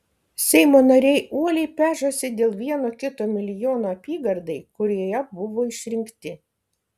seimo nariai uoliai pešasi dėl vieno kito milijono apygardai kurioje buvo išrinkti